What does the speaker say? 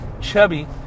chubby